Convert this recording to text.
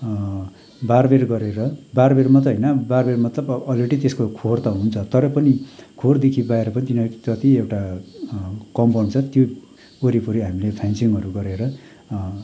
बारबेर गरेर बारबेर मात्रै होइन बारबेर मतलब अब अलरेडी त्यसको खोर त हुन्छ तर पनि खोरदेखि बाहिर पनि तिनीहरूको जति एउटा कम्पाउन्ड छ त्यो वरिपरि हामीले फेन्सिङहरू गरेर